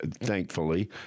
thankfully